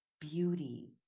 beauty